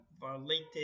violated